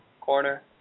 corner